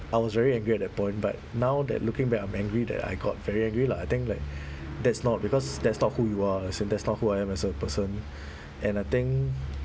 I was very angry at that point but now that looking back I'm angry that I got very angry lah I think like that's not because that's not who you are as in that's not who I am as a person and I think